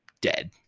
dead